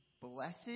Blessed